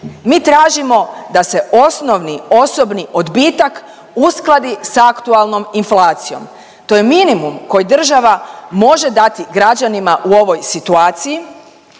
Mi tražimo da se osnovni osobni odbitak uskladi s aktualnom inflacijom, to je minimum koji država može dati građanima u ovoj situaciji,